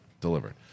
delivered